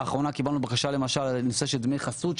לאחרונה קיבלנו בקשה לנושא של דמי חסות,